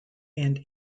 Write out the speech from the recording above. and